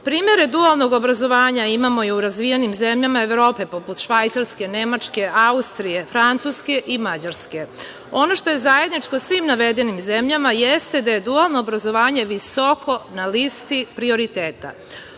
dualnog obrazovanja imamo i u razvijenim zemljama Evrope, poput Švajcarske, Nemačke, Austrije, Francuske i Mađarske. Ono što je zajedničko svim navedenim zemljama jeste da je dualno obrazovanje visoko na listi prioriteta.U